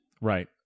Right